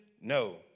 no